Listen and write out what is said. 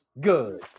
Good